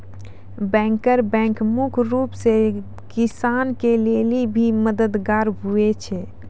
banker bank मुख्य रूप से किसान के लेली भी मददगार हुवै छै